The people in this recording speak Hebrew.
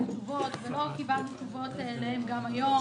תשובות ולא קיבלנו תשובות גם היום,